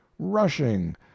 rushing